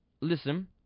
listen